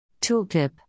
Tooltip